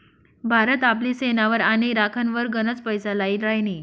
भारत आपली सेनावर आणि राखनवर गनच पैसा लाई राहिना